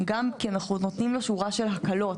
גם כי אנחנו נותנים לו שורה של הקלות